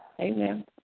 Amen